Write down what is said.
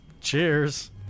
Cheers